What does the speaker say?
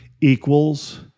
equals